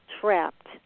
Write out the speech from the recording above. trapped